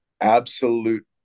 absolute